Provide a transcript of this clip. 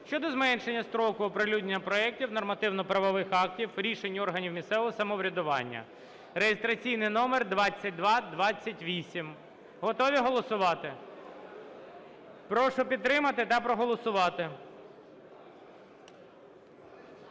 щодо зменшення строку оприлюднення проектів нормативно-правових актів, рішень органів місцевого самоврядування (реєстраційний номер 2228). Готові голосувати? Прошу підтримати та проголосувати.